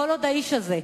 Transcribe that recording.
כל עוד האיש הזה,